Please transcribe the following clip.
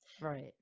Right